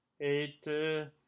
eight